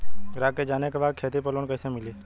ग्राहक के जाने के बा की खेती पे लोन कैसे मीली?